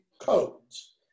codes